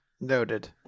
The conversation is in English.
Noted